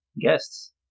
guests